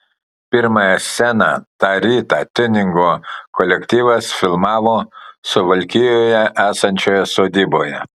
pirmąją sceną tą rytą tiuningo kolektyvas filmavo suvalkijoje esančioje sodyboje